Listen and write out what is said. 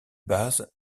base